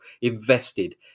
invested